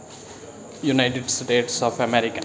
United States of America